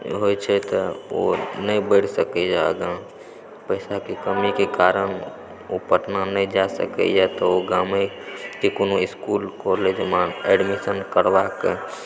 होइ छै तऽ ओ नहि बढ़ि सकैए आगाँ पैसाके कमीके कारण ओ पटना नहि जा सकैए तऽ ओ गामेके कोनो इस्कूल कॉलेजमे एडमिशन करवाकऽ